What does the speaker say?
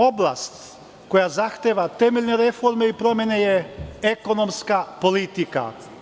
Oblast koja zahteva temeljne reforme i promene je ekonomska politika.